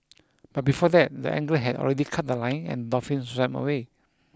but before that the angler had already cut the line and dolphin swam away